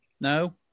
No